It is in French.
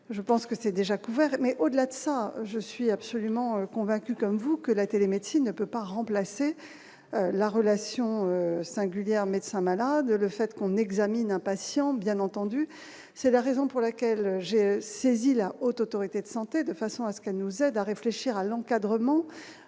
je pense que c'est déjà couvert mais au-delà de ça, je suis absolument convaincu comme vous que la télémédecine, ne peut pas remplacer la relation singulière médecin-malade, le fait qu'on examine un patient, bien entendu, c'est la raison pour laquelle j'ai saisi la Haute autorité de santé de façon à ce qu'elle nous aide à réfléchir à l'encadrement